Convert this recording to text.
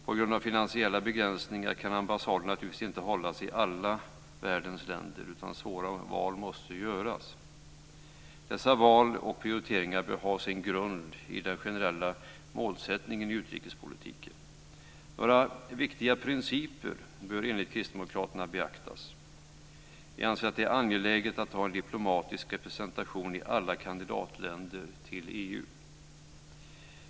På grund av finansiella begränsningar kan ambassader naturligtvis inte hållas i alla världens länder, utan svåra val måste göras. Dessa val och prioriteringar bör ha sin grund i den generella målsättningen för utrikespolitiken. Några viktiga principer bör enligt Kristdemokraterna beaktas: · Det är angeläget att ha diplomatisk representation i alla EU:s kandidatländer.